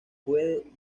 fue